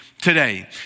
Today